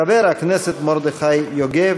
חבר הכנסת מרדכי יוגב.